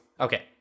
Okay